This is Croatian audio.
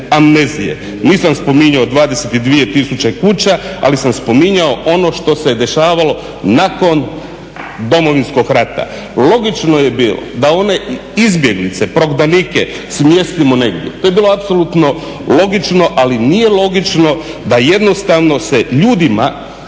amnezije. Nisam spominjao 22 tisuće kuća ali sam spominjao ono što se dešavalo nakon Domovinskog rata. Logično je bilo da one izbjeglice, prognanike smjestimo negdje, to je bilo apsolutno logično ali nije logično da jednostavno se ljudima